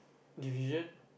division